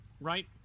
right